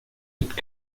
être